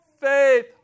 faith